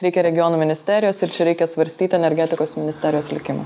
reikia regionų ministerijos ir čia reikia svarstyti energetikos ministerijos likimą